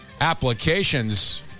applications